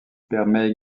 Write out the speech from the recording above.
permet